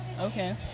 Okay